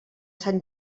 sant